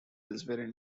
elsewhere